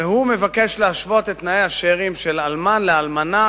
והוא מבקש להשוות את תנאי השאירים של אלמן לאלמנה,